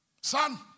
Son